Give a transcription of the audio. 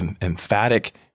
emphatic